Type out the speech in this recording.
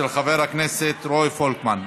של חבר הכנסת רועי פולקמן.